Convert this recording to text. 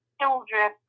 children